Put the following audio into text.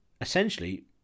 essentially